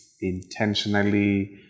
intentionally